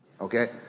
Okay